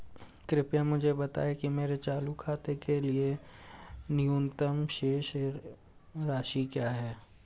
कृपया मुझे बताएं कि मेरे चालू खाते के लिए न्यूनतम शेष राशि क्या है